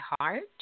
heart